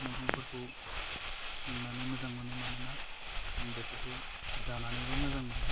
मैगंफोरखौ संनानै मोजां मोनो मानोना आं बेफोरखौ जानानैबो मोजां मोनो